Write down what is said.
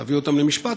להביא אותם למשפט,